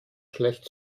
schlecht